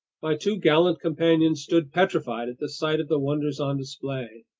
my two gallant companions stood petrified at the sight of the wonders on display.